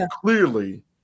clearly